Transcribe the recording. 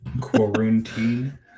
Quarantine